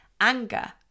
anger